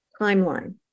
timeline